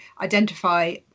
identify